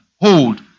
hold